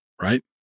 right